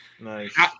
Nice